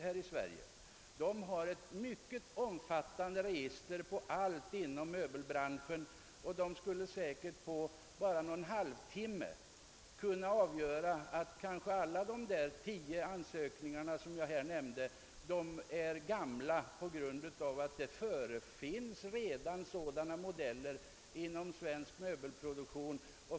Där finns ett mycket omfattande register på allt inom möbelbranschen, och man skulle där kanske inom loppet av en halvtimme kunna fastställa att alla de tio ansökningsföremålen jag nämnde är gamla och att det redan tidigare finns sådana modeller inom svensk möbelproduktion.